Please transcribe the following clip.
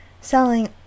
Selling